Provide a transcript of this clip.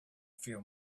few